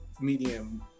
medium